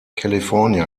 california